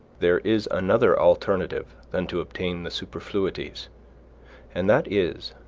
there is another alternative than to obtain the superfluities and that is,